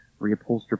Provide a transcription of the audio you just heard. reupholster